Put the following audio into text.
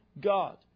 God